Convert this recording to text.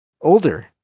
older